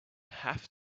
have